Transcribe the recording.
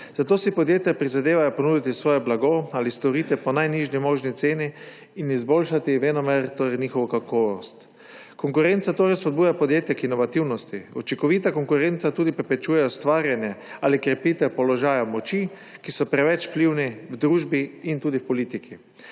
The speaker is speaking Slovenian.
zato si podjetja prizadevajo ponuditi svoje blago ali storitve po najnižji možni ceni in venomer izboljšati njihovo kakovost. Konkurenca torej spodbuja podjetja k inovativnosti. Učinkovita konkurenca tudi preprečuje ustvarjanje ali krepitev položajev moči, ki so preveč vplivni v družbi in tudi v politiki.